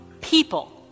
people